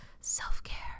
self-care